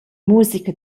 musica